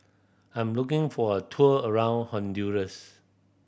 I'm looking for a tour around Honduras